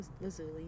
Lazuli